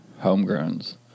homegrowns